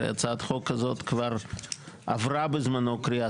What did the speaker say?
הרי הצעת חוק כזאת כבר עברה בזמנו קריאה